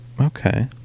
Okay